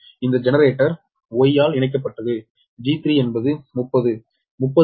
இந்த generator Y இணைக்கப்பட்டது G3 என்பது 30